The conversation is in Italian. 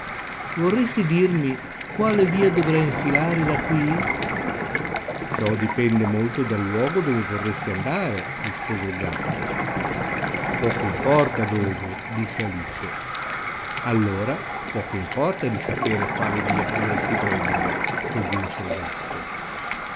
vorresti dirmi quale via dovrei infilare da quì ciò dipende molto dal luogo dove vorresti andare rispose il gatto poco importa dove disse alice allora poco importa di sapere quale via dovresti prendere soggiunse il gatto